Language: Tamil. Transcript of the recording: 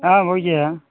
ஆ ஓகேய்யா